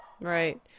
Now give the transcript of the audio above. Right